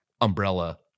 umbrella